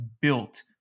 built